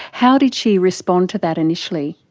how did she respond to that initially?